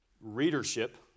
readership